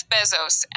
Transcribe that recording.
Bezos